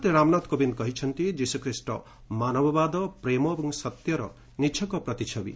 ରାଷ୍ଟ୍ରପତି ରାମନାଥ କୋବିନ୍ଦ୍ କହିଛନ୍ତି ଯିଶୁଖ୍ରୀଷ୍ଟ ମାନବବାଦ ପ୍ରେମ ଏବଂ ସତ୍ୟର ନିଚ୍ଚକ ପ୍ରତିଛବି